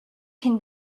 can